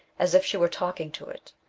as if she were talking to it.